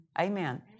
Amen